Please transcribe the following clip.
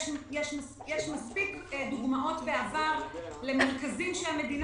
יש מספיק דוגמאות בעבר למרכזים שהמדינה